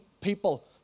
people